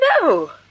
No